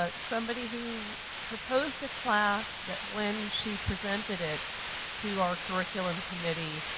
ah somebody who proposed a class that when she presented it to our curriculum committee,